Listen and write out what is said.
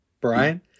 Brian